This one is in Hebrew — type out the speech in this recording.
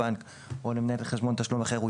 ירצה אל הבנק או למנהל חשבון תשלום אחר.